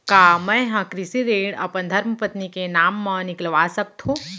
का मैं ह कृषि ऋण अपन धर्मपत्नी के नाम मा निकलवा सकथो?